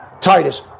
Titus